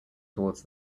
towards